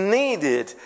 needed